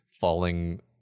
falling